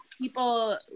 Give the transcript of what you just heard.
people